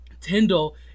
Tyndall